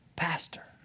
Pastor